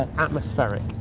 atmospheric.